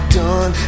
done